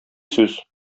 сүз